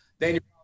Daniel